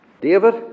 David